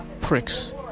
pricks